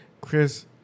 Chris